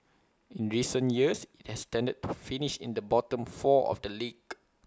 in recent years has tended finish in the bottom four of the league